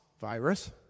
virus